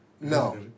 No